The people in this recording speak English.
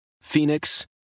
Phoenix